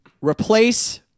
replace